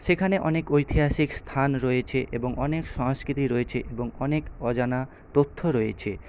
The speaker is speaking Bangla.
সেখানে অনেক ঐতিহাসিক স্থান রয়েছে এবং অনেক সংস্কৃতি রয়েছে এবং অনেক অজানা তথ্য রয়েছে